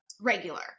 regular